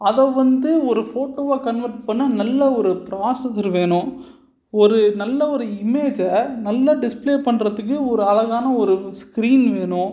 அதை வந்து ஒரு ஃபோட்டோவாக கன்வெர்ட் பண்ண நல்ல ஒரு ப்ராஸசர் வேணும் ஒரு நல்ல ஒரு இமேஜை நல்ல டிஸ்ப்ளே பண்ணுறதுக்கு ஒரு அழகான ஒரு ஸ்க்ரீன் வேணும்